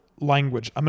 language